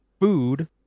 food